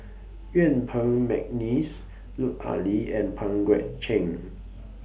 Yuen Peng Mcneice Lut Ali and Pang Guek Cheng